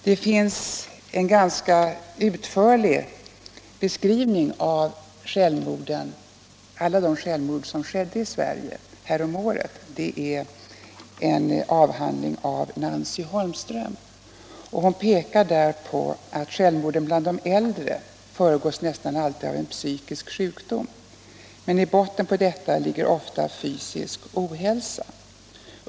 Det finns en ganska utförlig beskrivning av alla de självmord som skedde i Sverige häromåret i en avhandling av. Nancy Holmström. Hon pekar i den på att självmorden bland de äldre nästan alltid föregås av en psykisk sjukdom, men i botten på detta ligger ofta fysisk ohälsa.